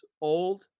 old